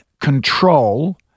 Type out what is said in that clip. control